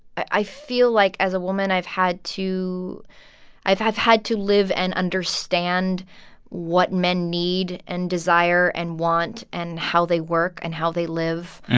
i feel like, as a woman, i've had to i've i've had to live and understand what men need, and desire, and want, and how they work, and how they live,